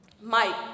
Mike